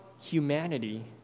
humanity